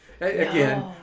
Again